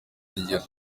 rugero